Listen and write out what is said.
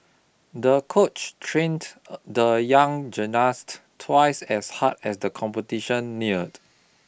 the coach trained the young gymnast twice as hard as the competition neared